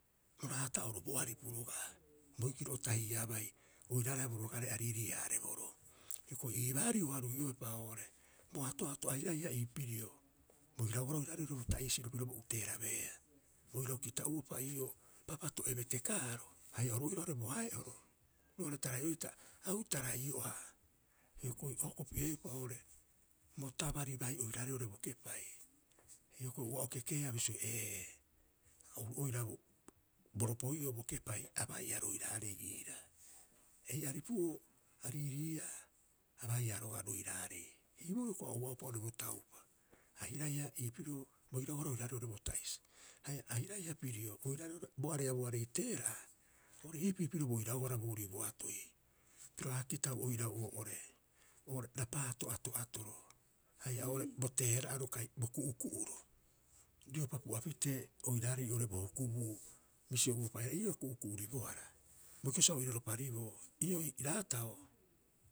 Bo raata'oro bo aripu roga'a boikiro o tahiiaabai oiraareha borogaree a riiriihaareboroo. Hioko'i ii baarii uaha rui'oepa oo'ore bo ato'ato airaiha ii pirio, bo irauhara oiraarei oo'ore bo ta'isiro piro bo uteerabeea, oirau kita'uropa ii'oo papato'e betekaaro haia oru oira oo'ore bo hae'oro roo'ore Tarai'o'ee'ita au tarai'o'aha. Hioko'i o hokopi'eeupa oo'ore bo tabari bai oiraarei oo'ore bo kepai. Hioko'i ua o kekeea bisio, ee oru oira boropoi'oo bo kepai a baiia roiraarei iiraa. Ei aripu'oo a riiriia a baiia roga'a roiraarei. Iiboo hioko'i ua oro ouaupa oo'ore bo taupa airaiha ii pirio bo irauhara oiraarei oo'ore bo ta'isi haia airaiha pirio, oiraarei bo ariabuarei teera'a, ori iipii piro bo irauhara boorii bo atoi, piro aga kitau oirau oo'ore, oo'ore rapaato ato'atoro. Haia oo'ore bo teera'aro kai bo ku'uku'uro riopa pu'a pitee oiraarei oo'ore bo hukubuu, bisio'uropa aira ii'oo a ku'uku'uribohara, boikiro sa o iroropariboo. Ii'oo ii raatao.